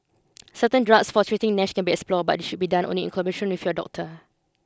certain drugs for treating Nash can be explored but this should be done only in collaboration with your doctor